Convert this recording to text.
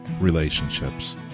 relationships